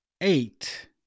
eight